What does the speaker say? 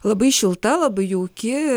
labai šilta labai jauki